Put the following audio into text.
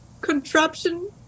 contraption